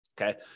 Okay